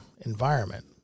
environment